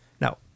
Now